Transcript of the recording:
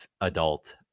adult